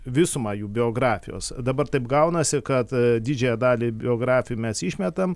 visumą jų biografijos dabar taip gaunasi kad didžiąją dalį biografijų mes išmetam